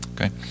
Okay